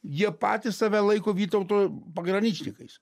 jie patys save laiko vytauto pagraničnikais